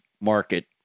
market